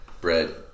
bread